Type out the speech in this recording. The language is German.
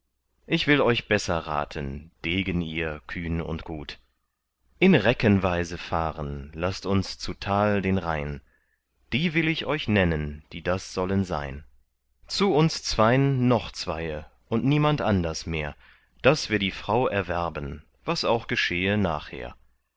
ich will euch besser raten degen ihr kühn und gut in reckenweise fahren laßt uns zu tal den rhein die will ich euch nennen die das sollen sein zu uns zwein noch zweie und niemand anders mehr daß wir die frau erwerben was auch geschehe nachher